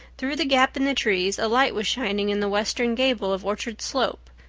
through the gap in the trees a light was shining in the western gable of orchard slope,